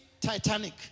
Titanic